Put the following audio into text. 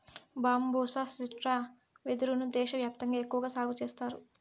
బంబూసా stricta వెదురు ను దేశ వ్యాప్తంగా ఎక్కువగా సాగు చేత్తారు